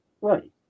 right